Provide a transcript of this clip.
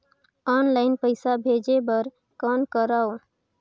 Online पईसा भेजे बर कौन करव?